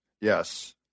Yes